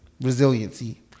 resiliency